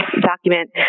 document